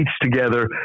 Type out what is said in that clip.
together